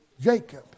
Jacob